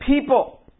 people